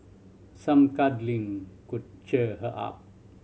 some cuddling could cheer her up